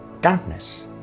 darkness